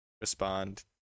respond